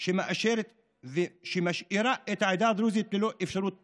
שאת משאירה את העדה הדרוזית ללא אפשרות פיתוח.